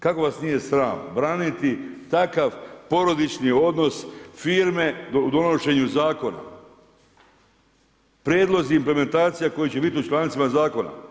Kako vas nije sram braniti takav porodični odnos firme u donošenju zakona, prijedlozi i implementacija koji će biti u člancima zakona.